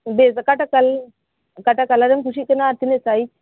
ᱵᱮᱥ ᱚᱠᱟᱴᱟᱜ ᱠᱟᱞᱟᱨ ᱚᱠᱟᱴᱟᱜ ᱠᱟᱞᱟᱨᱮᱢ ᱠᱩᱥᱤᱜ ᱠᱟᱱᱟ ᱟᱨ ᱛᱤᱱᱟᱹᱜ ᱥᱟᱭᱤᱡᱽ